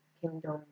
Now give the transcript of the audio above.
kingdom